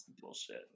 bullshit